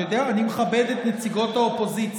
אתה יודע, אני מכבד את נציגות האופוזיציה.